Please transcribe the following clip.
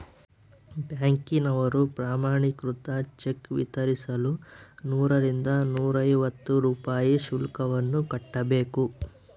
ಬ್ಯಾಂಕಿನವರು ಪ್ರಮಾಣೀಕೃತ ಚೆಕ್ ವಿತರಿಸಲು ನೂರರಿಂದ ನೂರೈವತ್ತು ರೂಪಾಯಿ ಶುಲ್ಕವನ್ನು ಕಟ್ಟಬೇಕು